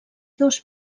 dos